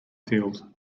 field